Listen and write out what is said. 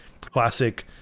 classic